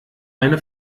meine